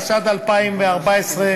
התשע"ד 2014,